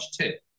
tip